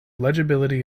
legibility